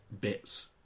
bits